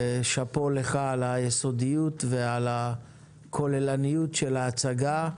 שאפו לך על היסודיות ועל הכוללניות של ההצגה,